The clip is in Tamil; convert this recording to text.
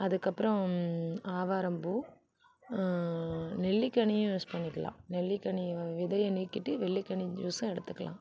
அதுக்கப்புறோம் ஆவாரம் பூ நெல்லிக்கனியும் யூஸ் பண்ணிக்கலாம் நெல்லிக்கனியில் விதையை நீக்கிவிட்டு நெல்லிக்கனி ஜூஸும் எடுத்துக்கலாம்